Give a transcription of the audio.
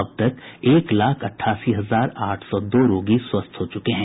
अब तक एक लाख अठासी हजार आठ सौ दो रोगी स्वस्थ हो चुके हैं